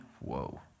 whoa